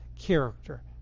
character